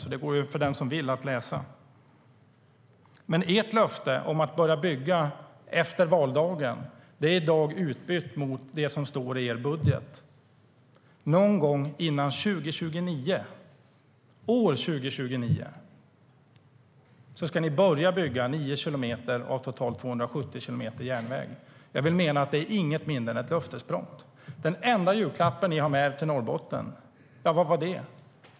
Det går att läsa för den som vill. Ert löfte om att börja bygga efter valdagen är i dag utbytt mot det som står i er budget. Någon gång före år 2029 ska ni börja bygga 9 kilometer av totalt 270 kilometer järnväg. Jag vill mena att det inte är något mindre än ett löftesbrott. Den enda julklapp ni har med er till Norrbotten - vad var det?